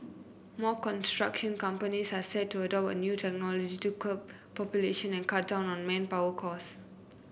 more construction companies are set to adopt a new technology to curb pollution and cut down on manpower costs